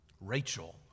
Rachel